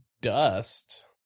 dust